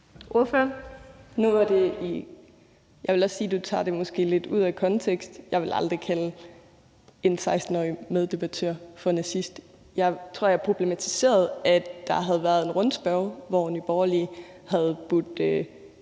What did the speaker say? (EL): Jeg vil sige, at du måske også tager det lidt ud af kontekst. Jeg ville aldrig kalde en 16-årig meddebattør nazist. Jeg tror, jeg problematiserede, at der havde været en rundspørge, hvor Nye Borgerlige havde budt